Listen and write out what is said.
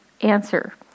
answer